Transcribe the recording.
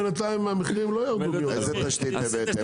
בינתיים המחירים לא ירדו --- איזו תשתית עשיתם,